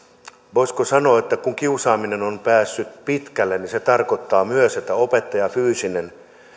voisiko sanoa että kiusaaminen on päässyt pitkälle niin se tarkoittaa myös että opettajan fyysinen